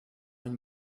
une